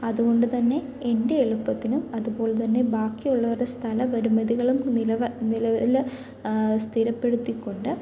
അതുകൊണ്ടുതന്നെ എൻ്റെ എളുപ്പത്തിനും അതുപോലെത്തന്നെ ബാക്കിയുള്ളവരുടെ സ്ഥലപരിമിതികളും നിലവിൽ സ്ഥിരപ്പെടുത്തിക്കൊണ്ട്